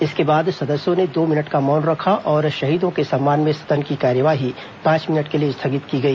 इसके बाद सदस्यों ने दो मिनट का मौन रखा और शहीदों के सम्मान में सदन की कार्यवाही पांच मिनट के लिए स्थगित की गई